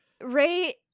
Ray